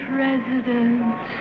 President